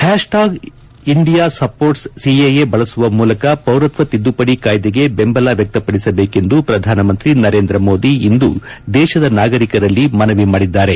hash tag India supports CAA ಬಳಸುವ ಮೂಲಕ ಪೌರತ್ವ ತಿದ್ದುಪದಿ ಕಾಯ್ದೆಗೆ ಬೆಂಬಲ ವ್ಯಕ್ತಪಡಿಸಬೇಕೆಂದು ಪ್ರಧಾನಮಂತ್ರಿ ನರೇಂದ್ರ ಮೋದಿ ಇಂದು ದೇಶದ ನಾಗರಿಕರಲ್ಲಿ ಮನವಿ ಮಾಡಿದ್ದಾರೆ